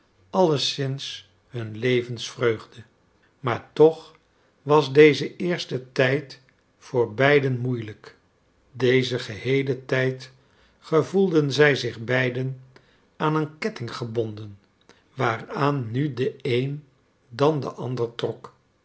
alleszins hun levensvreugde maar toch was deze eerste tijd voor beiden moeielijk dezen geheelen tijd gevoelden zij zich beiden aan een ketting gebonden waaraan nu de een dan de ander trok